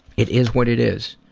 it is what it is.